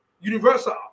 Universal